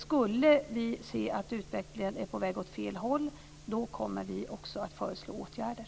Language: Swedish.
Skulle vi se att utvecklingen är på väg åt fel håll kommer vi också att föreslå åtgärder.